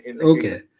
Okay